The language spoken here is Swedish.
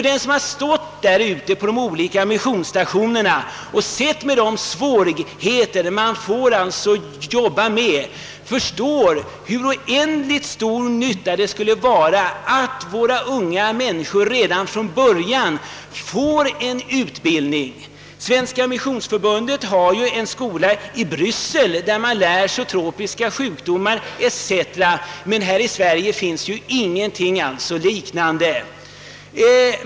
Den som besökt våra missionsstationer i u-länderna och sett vilka svårigheter man där arbetar med förstår hur oändligt stor nytta man skulle ha av att de unga hälsovårdsarbetarna redan från början får lämplig utbildning. Svenska missionsförbundet utnyttjar som bekant en skola i Bryssel, där man undervisar i behandlingen av tropiska sjukdomar, men här i Sverige finns inte något liknande.